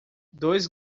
dois